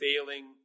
failing